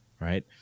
right